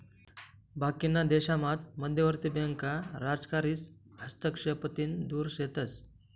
बाकीना देशामात मध्यवर्ती बँका राजकारीस हस्तक्षेपतीन दुर शेतस